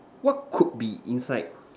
what could be inside